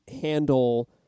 handle